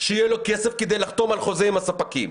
שיהיה לו כסף לחתום על חוזה עם הספקים.